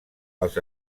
els